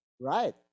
Right